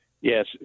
Yes